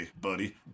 buddy